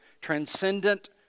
transcendent